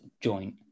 joint